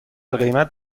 قیمت